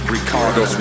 Ricardo